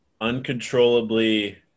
uncontrollably